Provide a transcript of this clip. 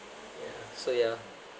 yeah so yeah